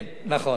כן, נכון.